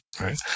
right